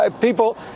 people